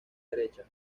derecha